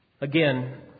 Again